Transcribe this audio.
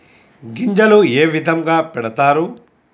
గింజలు ఏ విధంగా పెడతారు?